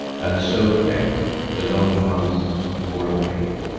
and so at length the long months wore away,